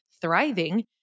thriving